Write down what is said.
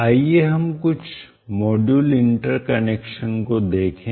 आइए हम कुछ मॉड्यूल इंटरकनेक्शन को देखें